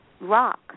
rock